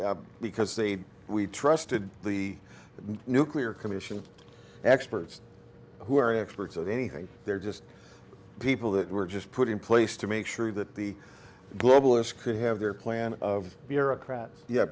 is because they we trusted the nuclear commission experts who are experts at anything they're just people that were just put in place to make sure that the globalists could have their plan of bureaucrats ye